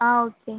ஆ okay